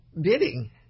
bidding